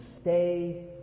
stay